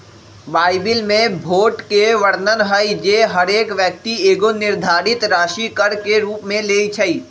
Bible में भोट के वर्णन हइ जे हरेक व्यक्ति एगो निर्धारित राशि कर के रूप में लेँइ छइ